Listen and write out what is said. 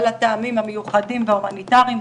על הטעמים המיוחדים וההומניטאריים,